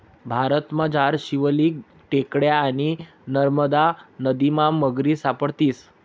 भारतमझार शिवालिक टेकड्या आणि नरमदा नदीमा मगरी सापडतीस